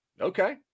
Okay